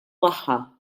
magħha